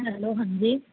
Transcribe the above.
hello ਹਾਂਜੀ